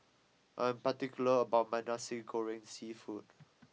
I'm particular about my Nasi Goreng Seafood